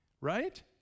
right